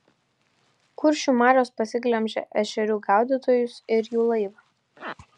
kuršių marios pasiglemžė ešerių gaudytojus ir jų laivą